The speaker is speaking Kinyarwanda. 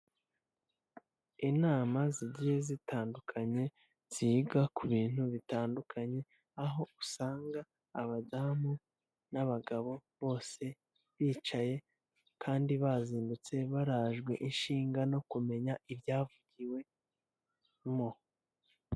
Inama zigiye zitandukanye, ziga ku bintu bitandukanye, aho usanga abadamu n'abagabo bose bicaye kandi bazindutse barajwe ishinga no kumenya ibyavugiwemo.